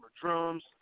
drums